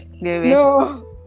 No